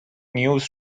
news